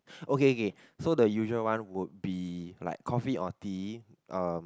okay okay so the usual one would be like coffee or tea uh